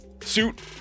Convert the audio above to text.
suit